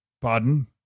Pardon